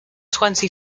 twenty